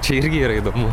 čia irgi yra įdomu